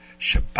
Shabbat